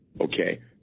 okay